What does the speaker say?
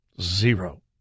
Zero